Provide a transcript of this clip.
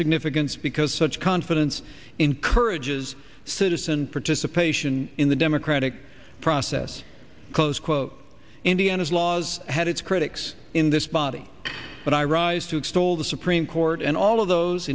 significance because such confidence encourages citizen participation in the democratic process close quote indiana's laws had its critics in this body but i rise to extol the supreme court and all of those